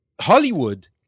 Hollywood